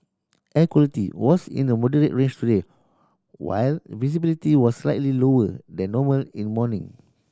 air quality was in the moderate range today while visibility was slightly lower than normal in morning